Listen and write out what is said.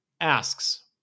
asks